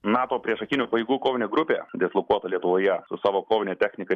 nato priešakinių pajėgų kovinė grupė dislokuota lietuvoje su savo kovine technika